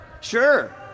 Sure